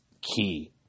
key